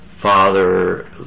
Father